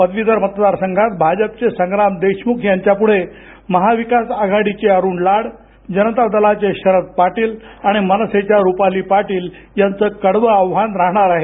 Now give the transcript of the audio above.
पदवीधर मतदार संघात भाजपचे संग्राम देशम्ख यांच्यापूढे महाविकास आघाडीचे अरुण लाड जनता दलाचे शरद पाटील आणि मनसेच्या रुपाली पाटील यांचं कडवं आव्हान राहणार आहे